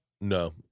No